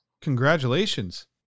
Congratulations